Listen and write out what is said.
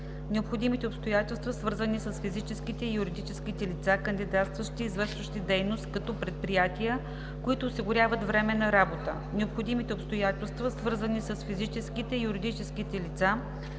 необходимите обстоятелства, свързани с физическите и юридическите лица, кандидатстващи и извършващи дейност като предприятия, които осигуряват временна работа; - необходимите обстоятелства, свързани с физическите и юридическите лица,